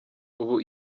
ubu